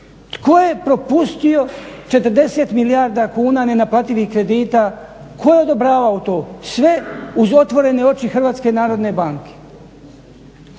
Tko je propustio 40 milijarda kuna nenaplativih kredita, tko je odobravao to? Sve uz otvorene oči HNB-a. Oni